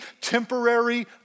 temporary